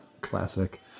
Classic